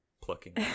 plucking